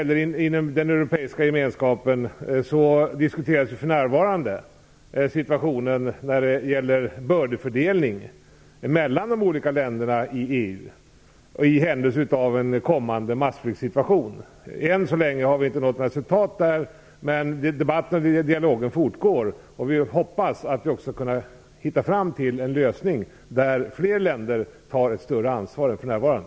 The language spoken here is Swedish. Inom den europeiska gemenskapen diskuteras för närvarande fördelningen av bördor mellan de olika länderna i EU i händelse av en kommande massflykt. Än så länge har vi inte nått fram till något resultat, men debatten och dialogen fortgår. Vi hoppas att vi skall kunna hitta fram till en lösning där fler länder tar ett större ansvar än för närvarande.